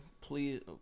please